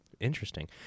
Interesting